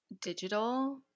digital